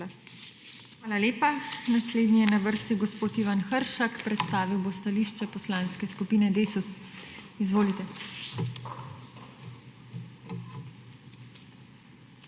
Hvala lepa. Naslednji je na vrsti gospod Ivan Hršak. Predstavil bo stališče Poslanske skupine Desus. Izvolite.